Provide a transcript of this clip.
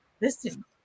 Listen